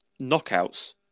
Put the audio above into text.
knockouts